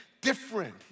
different